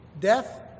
Death